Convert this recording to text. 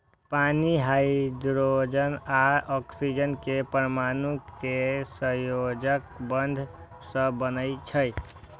पानि हाइड्रोजन आ ऑक्सीजन के परमाणु केर सहसंयोजक बंध सं बनै छै